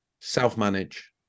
self-manage